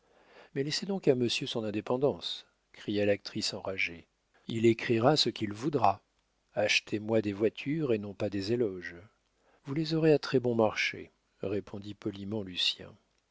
mais laissez donc à monsieur son indépendance cria l'actrice enragée il écrira ce qu'il voudra achetez-moi des voitures et non pas des éloges vous les aurez à très-bon marché répondit poliment lucien